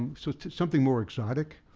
so, something more exotic.